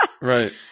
Right